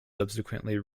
subsequently